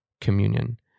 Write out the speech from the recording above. communion